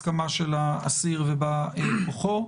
הסכמה של האסיר ובא כוחו,